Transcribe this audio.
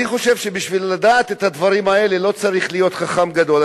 אני חושב שבשביל לדעת את הדברים האלה לא צריך להיות חכם גדול,